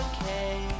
okay